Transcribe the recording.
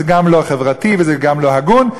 זה גם לא חברתי וזה גם לא הגון,